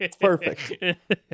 Perfect